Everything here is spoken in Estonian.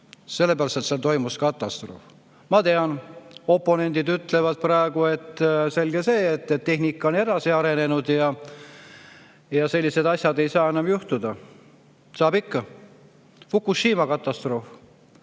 sellepärast, et seal toimus katastroof. Ma tean – oponendid ütlevad praegu, et selge see, aga tehnika on edasi arenenud ja sellised asjad ei saa enam juhtuda. Saavad ikka: Fukushima katastroof.